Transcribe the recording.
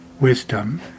wisdom